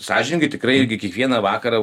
sąžiningai tikrai irgi kiekvieną vakarą